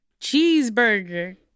cheeseburger